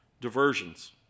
diversions